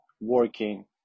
working